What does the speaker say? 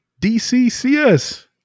DCCS